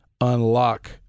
unlock